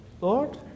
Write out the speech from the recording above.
Lord